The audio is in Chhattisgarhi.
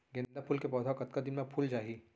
गेंदा फूल के पौधा कतका दिन मा फुल जाही?